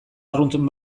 arrunt